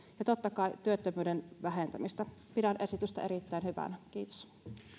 ja totta kai työttömyyden vähentämistä pidän esitystä erittäin hyvänä kiitos